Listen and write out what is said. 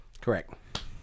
Correct